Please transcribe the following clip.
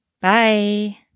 Bye